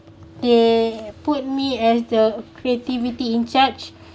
they put me as the creativity in charge